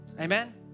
Amen